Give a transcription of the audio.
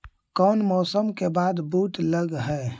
कोन मौसम के बाद बुट लग है?